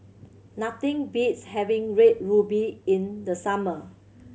nothing beats having Red Ruby in the summer